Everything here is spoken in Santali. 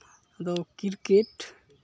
ᱟᱫᱚ ᱠᱨᱤᱠᱮᱴ